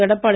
Edappadi